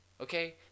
okay